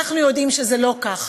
אנחנו יודעים שזה לא כך.